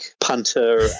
punter